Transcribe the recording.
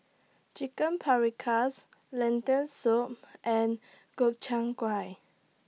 Chicken Paprikas Lentil Soup and Gobchang Gui